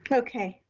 ah okay.